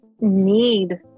need